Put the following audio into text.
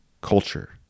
culture